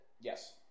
Yes